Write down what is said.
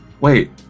wait